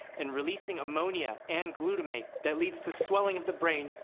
and releasing ammonia and glutamate, that leads to swelling of the brain,